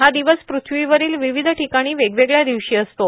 हा दिवस पृथ्वीवरील विविध ठिकाणी वेगवेगळया दिवशी असतो